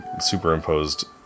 superimposed